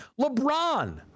LeBron